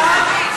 בסדר.